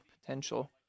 potential